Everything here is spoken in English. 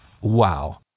Wow